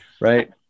Right